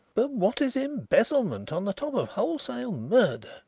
but what is embezzlement on the top of wholesale murder!